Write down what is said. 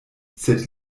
sed